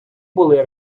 були